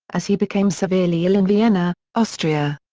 as he became severely ill in vienna, austria.